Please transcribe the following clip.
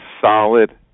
solid